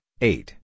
eight